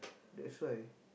that's why